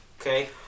okay